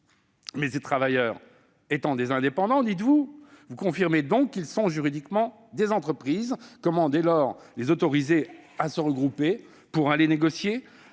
que ces travailleurs sont des indépendants, vous confirmez qu'ils sont juridiquement des entreprises. Comment, dès lors, les autoriser à se regrouper pour aller négocier ?